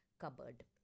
cupboard